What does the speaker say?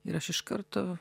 ir aš iš karto